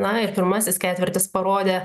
na ir pirmasis ketvirtis parodė